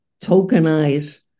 tokenize